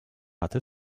hatte